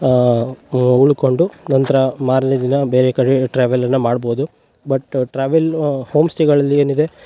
ಉಳ್ಕೊಂಡು ನಂತರ ಮಾರನೆ ದಿನ ಬೇರೆ ಕಡೆ ಟ್ರಾವೆಲನ್ನ ಮಾಡ್ಬೋದು ಬಟ್ಟು ಟ್ರಾವೆಲ್ಲೂ ಹೋಮ್ಸ್ಟೇಗಳಲ್ಲಿ ಏನಿದೆ